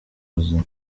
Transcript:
buzima